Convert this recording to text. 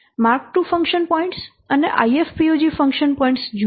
mark II function points અને IFPUG function points જુઓ